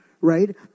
Right